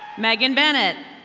megan bennett.